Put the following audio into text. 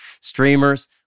Streamers